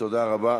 תודה רבה.